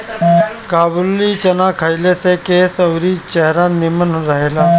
काबुली चाना खइला से केस अउरी चेहरा निमन रहेला